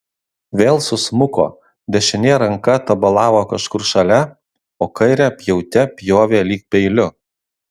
vėl susmuko dešinė ranka tabalavo kažkur šalia o kairę pjaute pjovė lyg peiliu